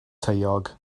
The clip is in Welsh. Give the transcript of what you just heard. taeog